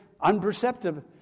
unperceptive